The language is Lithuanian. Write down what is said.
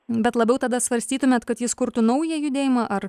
bet labiau tada svarstytumėt kad jis kurtų naują judėjimą ar